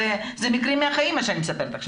אלה מקרים מהחיים מה שאני מספרת לכם.